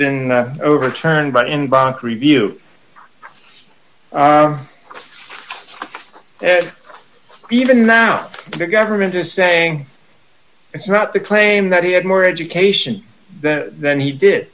been overturned by in bach review and even now the government is saying it's not the claim that he had more education that then he did